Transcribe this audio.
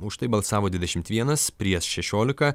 už tai balsavo dvidešim vienas prieš šešiolika